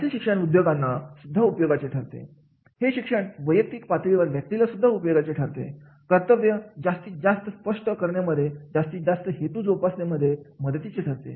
असे शिक्षण उद्योजकांना सुद्धा उपयोगाचे ठरते हेच शिक्षण वैयक्तिक पातळीवर व्यक्तीला सुद्धा उपयोगाचे ठरते कर्तव्य जास्तीत जास्त स्पष्ट करण्यामध्ये जास्तीत जास्त हेतू जोपासणे मध्ये मदतीचे ठरते